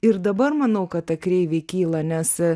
ir dabar manau kad ta kreivė kyla nes